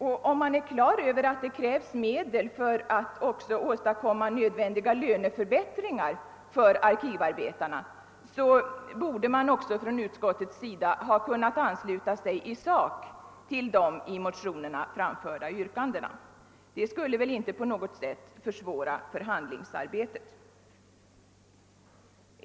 är man på det klara med att det krävs medel för att åstadkomma nödvändiga löneförbättringar för arkivarbetarna, så borde man också från utskottets sida ha kunnat ansluta sig i sak till de i motionerna framförda yrkandena. Det skulle väl inte på något sätt försvåra förhandlingsarbetet.